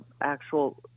actual